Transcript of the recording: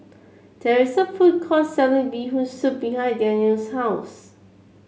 there is a food court selling Bee Hoon Soup behind Danniel's house